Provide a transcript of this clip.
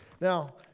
Now